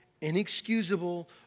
inexcusable